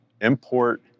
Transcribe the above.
import